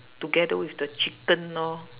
together with the chicken lor